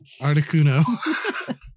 Articuno